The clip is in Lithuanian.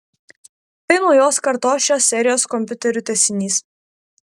tai naujos kartos šios serijos kompiuterių tęsinys